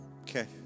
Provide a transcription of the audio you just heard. Okay